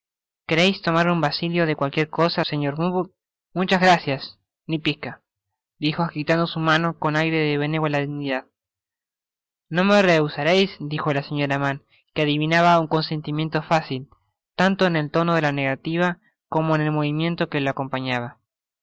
tomar un vasito de cualquier cosa señor llum le muchas gracias ni pizca dijo agitando su mano con ai e de lienevola dignidad no me n husareis dijo la señora mann que adivinaba un consentimiento fácil tanto en el tono de la negativa como en el movimiento que la acompañaba